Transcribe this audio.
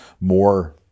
more